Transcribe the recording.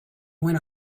went